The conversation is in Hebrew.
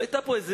היתה פה איזה,